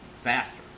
faster